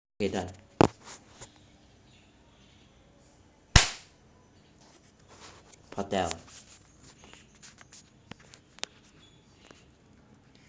K done hotel